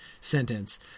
sentence